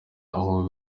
aho